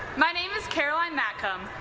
my name is caroline matkom,